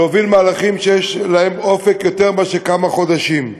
להוביל מהלכים שיש להם אופק יותר מאשר כמה חודשים.